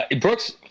Brooks